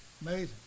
Amazing